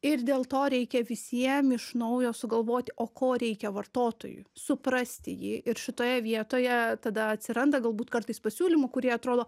ir dėl to reikia visiem iš naujo sugalvoti o ko reikia vartotojui suprasti jį ir šitoje vietoje tada atsiranda galbūt kartais pasiūlymų kurie atrodo